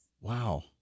wow